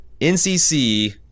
NCC